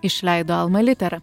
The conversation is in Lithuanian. išleido alma litera